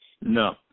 No